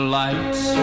lights